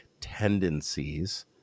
tendencies